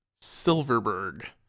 Silverberg